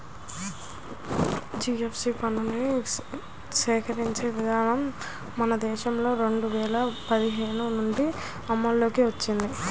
GST పన్నుని సేకరించే విధానం మన దేశంలో రెండు వేల పదిహేడు నుంచి అమల్లోకి వచ్చింది